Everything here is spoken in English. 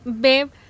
babe